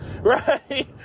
right